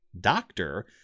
doctor